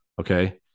Okay